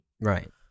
Right